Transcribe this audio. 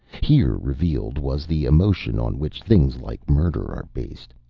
here revealed was the emotion on which things like murder are based.